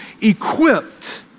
equipped